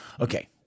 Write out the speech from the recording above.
okay